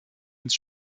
ins